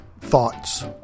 thoughts